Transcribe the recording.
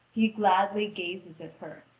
he gladly gazes at her,